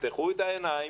תפתחו את העיניים,